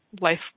life